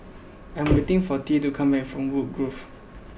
I am waiting for Tea to come back from Woodgrove